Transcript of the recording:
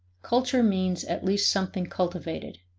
culture means at least something cultivated,